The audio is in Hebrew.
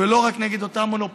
ולא רק נגד מונופולים.